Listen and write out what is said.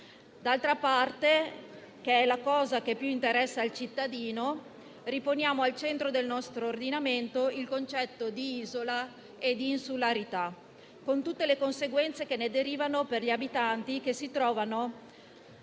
D'altra parte - ed è la cosa che più interessa al cittadino - riponiamo al centro del nostro ordinamento il concetto di isola e di insularità, con tutte le conseguenze che ne derivano per gli abitanti che si trovano